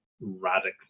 radically